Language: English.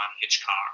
Hitchcock